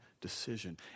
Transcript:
decision